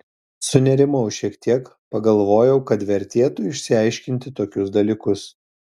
sunerimau šiek tiek pagalvojau kad vertėtų išsiaiškinti tokius dalykus